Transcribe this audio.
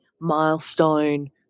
milestone